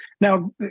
Now